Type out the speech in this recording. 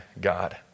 God